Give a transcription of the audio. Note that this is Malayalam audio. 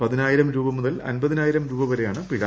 പതിനായിരം രൂപ്പു മുത്ൽ അൻപതിനായിരം രൂപ വരെയാണ് പിഴ